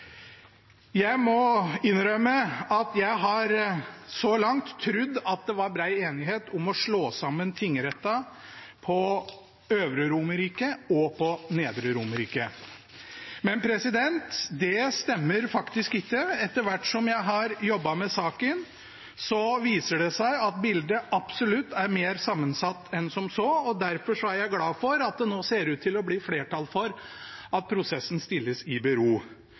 Jeg må innrømme at jeg så langt har trodd at det var bred enighet om å slå sammen tingrettene på Øvre Romerike og Nedre Romerike. Det stemmer faktisk ikke. Etter hvert som jeg har jobbet med saken, viser det seg at bildet absolutt er mer sammensatt enn som så. Derfor er jeg glad for at det nå ser ut til å bli flertall for at prosessen stilles i bero,